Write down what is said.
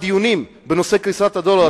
דיונים בנושא קריסת הדולר.